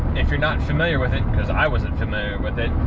if you're not familiar with it, because i wasn't familiar with it,